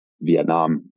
vietnam